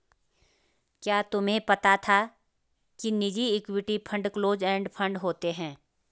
क्या तुम्हें पता था कि निजी equity fund close end fund होते हैं?